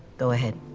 go ahead.